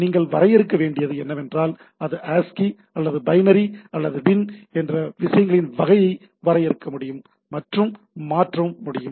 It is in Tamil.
நீங்கள் வரையறுக்க வேண்டியது என்னவென்றால் அது ஆஸ்கி அல்லது பைனரி அல்லது பின் என்ற விஷயங்களின் வகையை வரையறுக்க முடியும் மற்றும் மாற்ற முடியும்